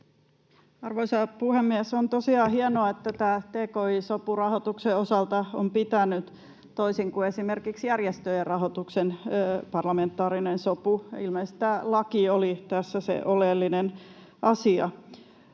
Arvoisa puhemies! On tosiaan hienoa, että tämä tki-sopu rahoituksen osalta on pitänyt, toisin kuin esimerkiksi järjestöjen rahoituksen parlamentaarinen sopu. Ilmeisesti tämä laki oli tässä se oleellinen asia.